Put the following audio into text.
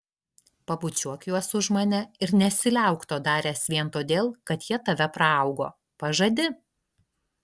pabučiuok juos už mane ir nesiliauk to daręs vien todėl kad jie tave praaugo pažadi